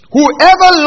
Whoever